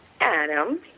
Adam